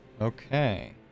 Okay